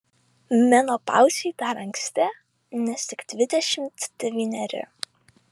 menopauzei dar anksti nes tik dvidešimt devyneri